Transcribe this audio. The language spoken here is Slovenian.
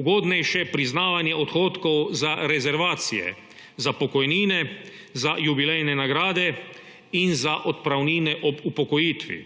ugodnejše priznavanje odhodkov za rezervacije, za pokojnine, za jubilejne nagrade in za odpravnine ob upokojitvi